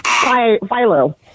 Philo